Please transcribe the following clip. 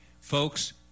Folks